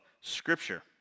Scripture